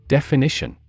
Definition